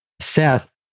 Seth